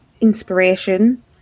inspiration